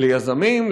ליזמים,